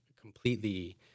completely